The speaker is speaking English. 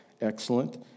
excellent